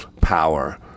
power